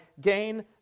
gain